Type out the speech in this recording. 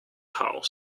house